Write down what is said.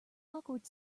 awkward